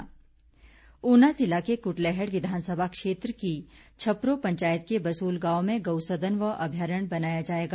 गौ सदन ऊना ज़िला के कुटलैहड़ विधानसभा क्षेत्र की छपरो पंचायत के बसूल गांव में गऊ सदन व अभ्यारण बनाया जाएगा